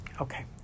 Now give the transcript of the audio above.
Okay